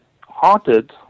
haunted